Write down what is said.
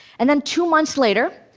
and then two months later,